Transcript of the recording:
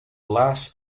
last